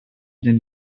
den